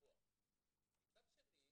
מצד שני,